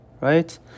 Right